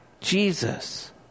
Jesus